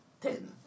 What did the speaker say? ten